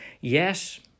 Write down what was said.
yes